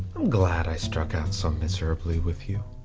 i'm glad i struck out so miserably with you.